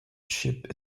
ship